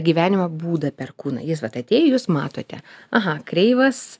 gyvenimo būdą per kūną jis vat atėjo jūs matote aha kreivas